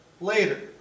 later